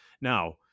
Now